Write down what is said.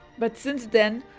but since then,